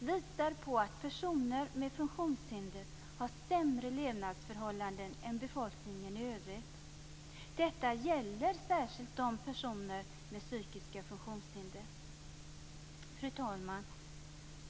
visar på att personer med funktionshinder har sämre levnadsförhållanden än befolkningen i övrigt. Detta gäller särskilt personer med psykiska funktionshinder. Fru talman!